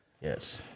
Yes